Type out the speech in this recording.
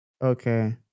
Okay